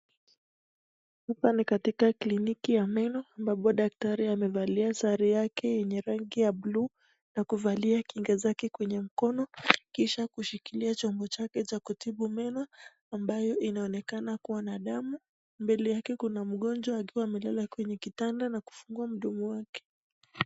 Hapa ni katikati kliniki ya meno ambapo daktari amevalia sare yake yenye rangi ya blue na kuvalia kinga zake kwenye mkono kisha kushikilia chombo chake cha kutibu meno ambayo inaonekana kuwa na damu. Mbele yake kuna mgonjwa akiwa amelala kwenye kitanda na kufungua mdomo wake.